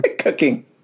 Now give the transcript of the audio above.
Cooking